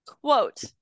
quote